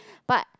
but